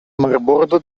marbordo